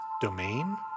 domain